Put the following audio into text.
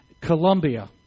Colombia